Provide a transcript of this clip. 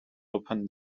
open